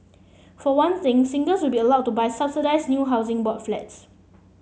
for one thing singles will be allowed to buy subsidised new Housing Board Flats